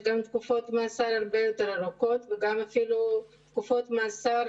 גם תקופות מאסר הרבה יותר ארוכות ואפילו תקופות מאסר